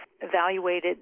evaluated